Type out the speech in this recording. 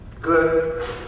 good